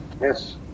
Yes